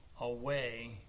away